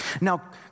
Now